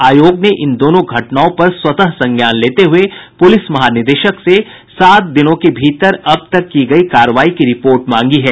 आयोग ने इन दोनों घटनाओं पर स्वतः संज्ञान लेते हुये पुलिस महानिदेशक से सात दिनों के भीतर अब तक की गयी कार्रवाई की रिपोर्ट मांगी है